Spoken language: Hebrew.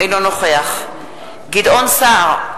אינו נוכח גדעון סער,